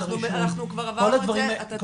אתה צודק,